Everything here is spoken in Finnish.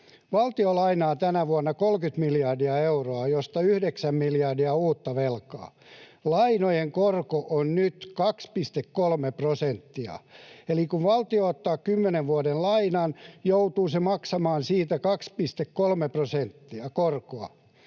Valtio lainaa tänä vuonna 30 miljardia euroa, josta 9 miljardia on uutta velkaa. Lainojen korko on nyt 2,3 prosenttia. Eli kun valtio ottaa kymmenen vuoden lainan, joutuu se maksamaan siitä 2,3 prosenttia korkoa,